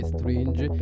Strange